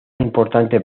importante